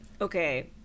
Okay